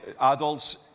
adults